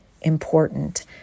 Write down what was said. important